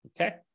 Okay